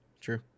true